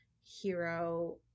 hero